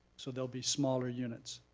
so they'll be smaller units,